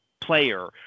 player